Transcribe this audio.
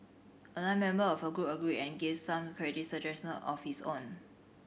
another member of her group agreed and gave some creative suggestion of his own